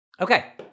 Okay